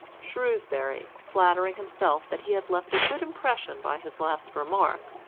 shrewsbury, flattering himself that he had left a good impression by his last remark,